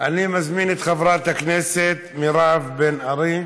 אני מזמין את חברת הכנסת מירב בן ארי,